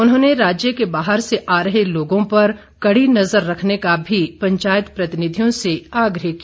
उन्होंने राज्य के बाहर से आ रहे लोगों पर कड़ी नजर रखने का भी पंचायत प्रतिनिधियों से आग्रह किया